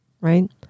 right